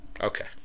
Okay